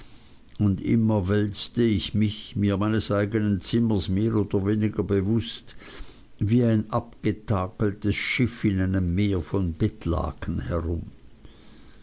und immer wälzte ich mich mir meines eignen zimmers mehr oder weniger bewußt wie ein abgetakeltes schiff in einem meer von bettlaken herum